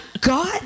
God